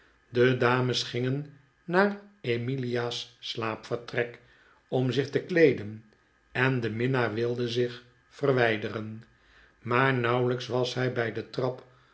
de dames gingen naar emilia's slaapvertrek om zich te kleeden en de minnaar wilde zich verwijderen maar nauwelijks was hij bij de trap